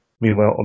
meanwhile